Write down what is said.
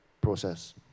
process